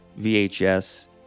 VHS